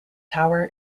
tower